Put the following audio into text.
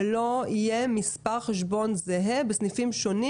שלא יהיה מספר חשבון זהה בסניפים שונים.